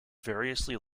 variously